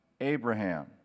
Abraham